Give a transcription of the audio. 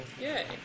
Yay